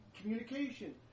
communication